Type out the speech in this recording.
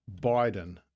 Biden